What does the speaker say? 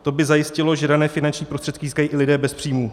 To by zajistilo, že dané finanční prostředky získají i lidé bez příjmu.